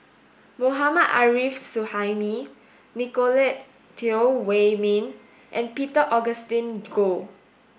Mohammad Arif Suhaimi Nicolette Teo Wei Min and Peter Augustine Goh